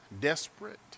desperate